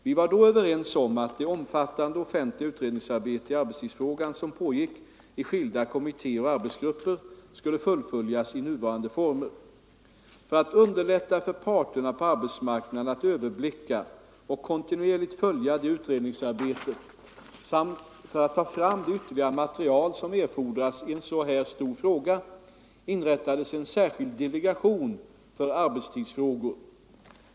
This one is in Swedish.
Vi var då överens om att det omfattande offentliga utredningsarbete i arbetstidsfrågan som pågick i skilda kommittéer och arbetsgrupper skulle fullföljas i nuvarande former. För att underlätta för parterna på arbetsmarknaden att överblicka och kontinuerligt följa det utredningsarbetet samt för att ta fram det ytterligare material som erfordras i en så här stor fråga inrättades en särskild delegation för arbetstidsfrågor.